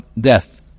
death